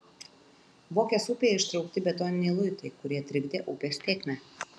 vokės upėje ištraukti betoniniai luitai kurie trikdė upės tėkmę